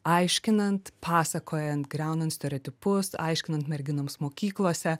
aiškinant pasakojant griaunant stereotipus aiškinant merginoms mokyklose